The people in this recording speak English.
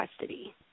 custody